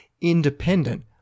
independent